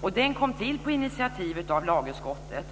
och den kom till på initiativ av lagutskottet.